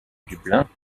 dublin